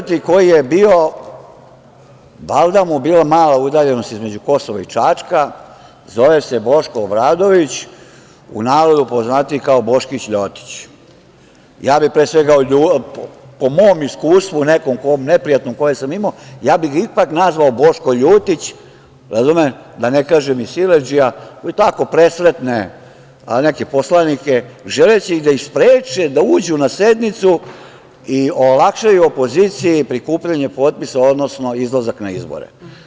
Četvrti koji je bio, valjda mu je bila mala udaljenost između Kosova i Čačka, zove se Boško Obradović, u narodu poznatiji kao Boškić ljotić, ja bih po mom iskustvu neprijatnom koje sam imao, ipak bih ga nazvao Boško ljutić, da ne kažem i siledžija koji takao presretne neke poslanike, želeći da ih spreči da uđu na sednicu i olakšaju opoziciji prikupljanje potpisa, odnosno izlazak na izbore.